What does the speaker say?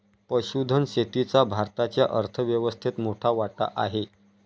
पशुधन शेतीचा भारताच्या अर्थव्यवस्थेत मोठा वाटा आहे